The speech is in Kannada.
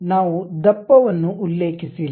ನಾವು ದಪ್ಪವನ್ನು ಉಲ್ಲೇಖಿಸಿಲ್ಲ